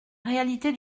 réalité